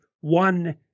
one